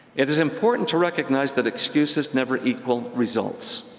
it is important to recognize that excuses never equal results.